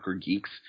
geeks